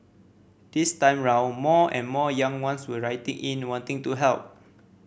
this time round more and more young ones were writing in wanting to help